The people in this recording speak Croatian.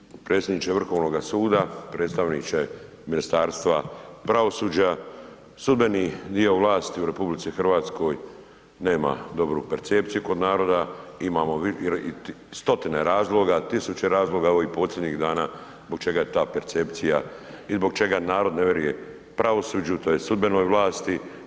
Poštovani predsjedniče Vrhovnoga suda, predstavniče Ministarstva pravosuđa, sudbeni dio vlasti u RH nema dobru percepciju kod naroda, imamo stotine razloga, tisuće razloga ovih posljednjih dana zbog čega je ta percepcija i zbog čega narod ne vjeruje pravosuđu tj. sudbenoj vlasti.